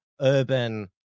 urban